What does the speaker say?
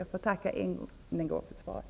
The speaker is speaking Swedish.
Jag tackar än en gång för svaret.